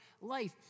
life